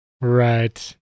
Right